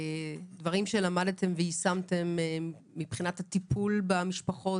יש דברים שלמדתם ויישמתם מבחינת הטיפול במשפחות?